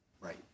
Right